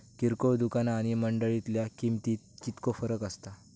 किरकोळ दुकाना आणि मंडळीतल्या किमतीत कितको फरक असता?